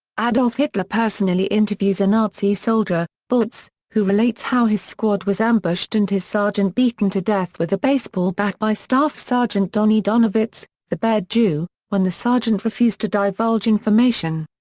adolf hitler personally interviews a nazi soldier, butz, who relates how his squad was ambushed and his sergeant beaten to death with a baseball bat by staff sergeant donny donowitz, the bear jew, when the sergeant refused to divulge information.